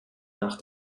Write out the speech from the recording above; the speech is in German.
nach